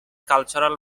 cultural